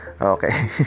Okay